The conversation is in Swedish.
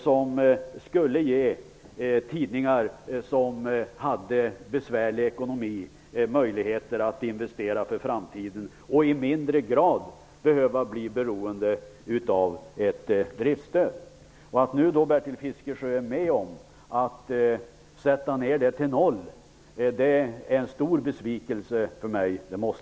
Det skulle ge tidningar med besvärlig ekonomi möjligheter att investera för framtiden och i mindre grad behöva bli beroende av ett driftsstöd. Att Bertil Fiskesjö nu är med om att dra ned det till noll är en stor besvikelse för mig.